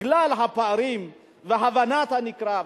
בגלל הפערים והבנת הנקרא,